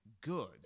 good